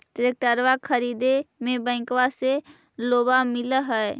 ट्रैक्टरबा खरीदे मे बैंकबा से लोंबा मिल है?